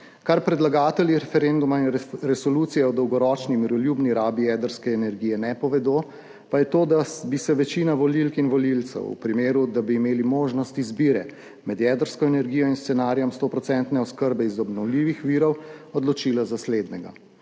kar predlagatelji referenduma in Resolucije o dolgoročni miroljubni rabi jedrske energije v Sloveniji ne povedo, pa je to, da bi se večina volivk in volivcev v primeru, da bi imeli možnost izbire med jedrsko energijo in scenarijem stoodstotne oskrbe iz obnovljivih virov, odločila za slednjega.